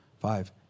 five